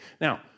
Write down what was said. Now